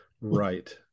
right